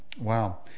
Wow